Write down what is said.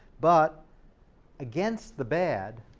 but against the bad,